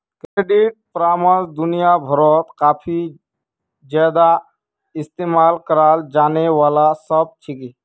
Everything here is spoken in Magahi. क्रेडिट परामर्श दुनिया भरत काफी ज्यादा इस्तेमाल कराल जाने वाला शब्द छिके